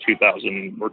2000